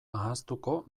ahaztuko